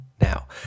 Now